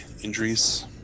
injuries